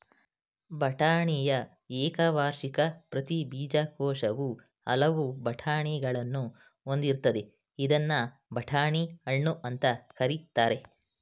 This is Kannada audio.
ಬಟಾಣಿಯ ಏಕವಾರ್ಷಿಕ ಪ್ರತಿ ಬೀಜಕೋಶವು ಹಲವು ಬಟಾಣಿಗಳನ್ನು ಹೊಂದಿರ್ತದೆ ಇದ್ನ ಬಟಾಣಿ ಹಣ್ಣು ಅಂತ ಕರೀತಾರೆ